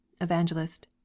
evangelist